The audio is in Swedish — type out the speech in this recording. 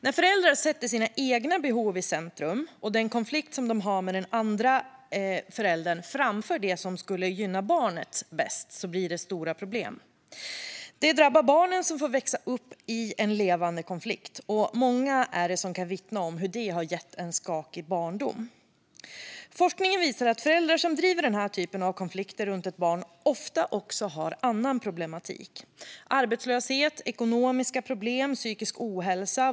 När en förälder sätter sina egna behov i centrum och sätter den konflikt som den har med den andra föräldern framför det som skulle gynna barnen bäst blir det stora problem. Det drabbar barnen som får växa upp i en levande konflikt. Och många kan vittna om hur det har gett en skakig barndom. Forskningen visar att föräldrar som driver denna typ av konflikter runt ett barn ofta också har annan problematik. Det kan vara arbetslöshet, ekonomiska problem och psykisk ohälsa.